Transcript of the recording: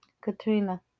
Katrina